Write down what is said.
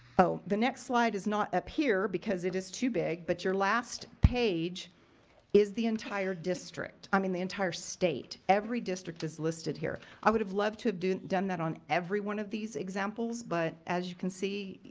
oh, the next slide is not up here because it is too big but your last page is the entire district, i mean, the entire state. every district is listed here. i would have loved to have done done that on every one of these examples but as you can see,